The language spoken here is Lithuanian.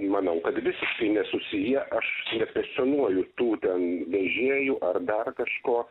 manau kad visiškai nesusiję aš nes aš senuoju tų ten vežėjų ar dar kažko